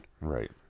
Right